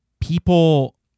people